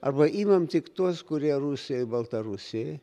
arba imam tik tuos kurie rusijoj baltarusijoj